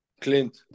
Clint